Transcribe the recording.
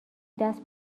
دست